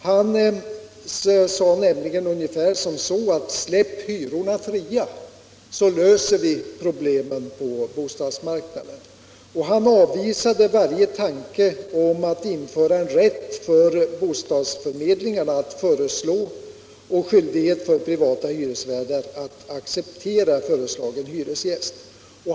Denne ordförande sade nämligen ungefär: Släpp hyrorna fria så löser vi problemen på bostadsmarknaden. Han avvisade varje tanke på att genomföra en rätt för bostadsförmedlingarna att föreslå hyresgäster och skyldighet för privata hyresvärdar att acceptera sådana.